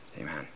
Amen